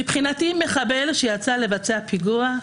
מבחינתי, מחבל שיצא לבצע פיגוע,